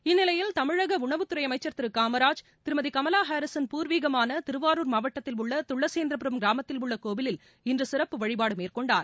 இந்நிலையில் தமிழக உணவுத்துறை அமைச்சர் திரு ஆர் காமராஜ் திருமதி கமலா ஹாரீசின் பூர்விகமான திருவாருர் மாவட்டத்தில் உள்ள துளசேந்திரபுரம் கிராமத்தில் உள்ள கோவிலில் இன்று சிறப்பு வழிபாடு மேற்கொண்டார்